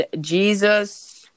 Jesus